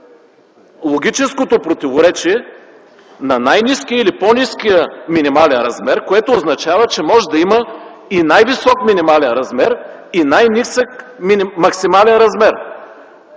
логическото противоречие на „най-ниския” или „по-ниския” минимален размер, което означава, че може да има и най-висок минимален размер и най-нисък максимален размер.